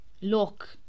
look